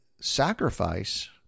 sacrifice